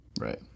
Right